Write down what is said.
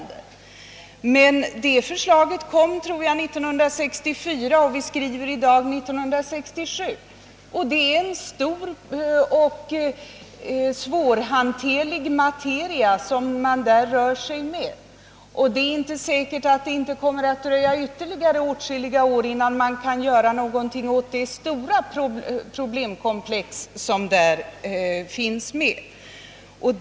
Jag tror att deras förslag framlades 1964 och i dag skriver vi 1967. Här rör man sig med en stor och svårhanterlig materia, och det är inte säkert, att det inte kommer att dröja ytterligare åtskilliga år innan någonting kan göras åt det stora problemkomplexet på detta område.